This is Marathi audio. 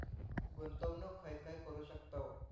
गुंतवणूक खय खय करू शकतव?